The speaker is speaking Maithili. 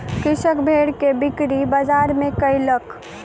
कृषक भेड़ के बिक्री बजार में कयलक